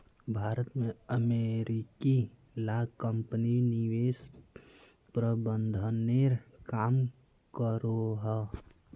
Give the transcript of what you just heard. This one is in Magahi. भारत में अमेरिकी ला कम्पनी निवेश प्रबंधनेर काम करोह